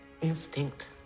Instinct